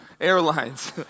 Airlines